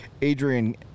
Adrian